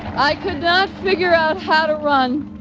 i could not figure out how to run